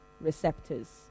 receptors